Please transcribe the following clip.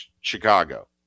Chicago